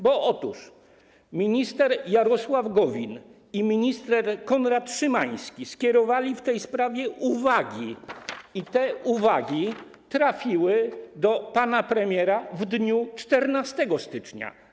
Bo minister Jarosław Gowin i minister Konrad Szymański skierowali w tej sprawie uwagi i te uwagi trafiły do pana premiera w dniu 14 stycznia.